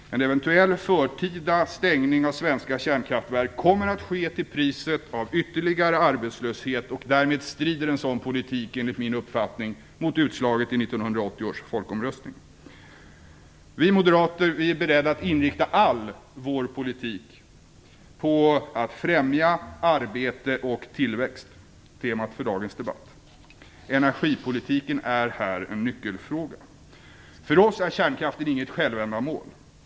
En eventuell förtida stängning av svenska kärnkraftverk kommer att ske till priset av ytterligare arbetslöshet, och därmed strider en sådan politik enligt min uppfattning mot utslaget i 1980 års folkomröstning. Vi moderater är beredda att inrikta all vår politik på att främja arbete och tillväxt, temat för dagens debatt. Energipolitiken är här en nyckelfråga. För oss är kärnkraften inget självändamål.